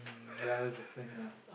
ya that's the thing ah